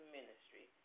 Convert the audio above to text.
Ministry